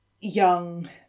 young